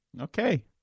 Okay